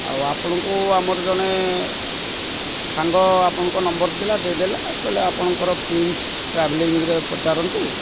ଆଉ ଆପଣଙ୍କୁ ଆମର ଜଣେ ସାଙ୍ଗ ଆପଣଙ୍କ ନମ୍ବର ଥିଲା ଦେଇ ଦେଲା କହିଲେ ଆପଣଙ୍କର ପ୍ରିନ୍ସ ଟ୍ରାଭେଲିଙ୍ଗରେ ପଚାରନ୍ତୁ